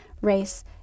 race